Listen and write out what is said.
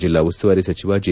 ಜಿಲ್ಲಾ ಉಸ್ತುವಾರಿ ಸಚಿವ ಜೆ